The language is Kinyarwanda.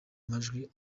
majwi